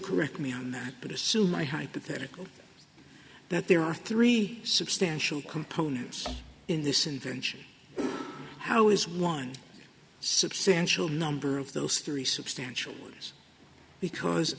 correct me but assume i hypothetically that there are three substantial components in this invention how is one substantial number of those three substantial because